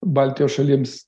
baltijos šalims